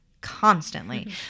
constantly